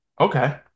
Okay